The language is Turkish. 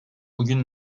bugün